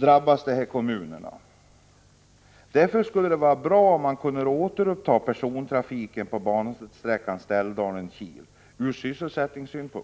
Det vore därför bra ur sysselsättningssynpunkt, om man kunde återuppta persontrafiken på bansträckan Ställdalen-Kil. Om